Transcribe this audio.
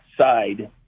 side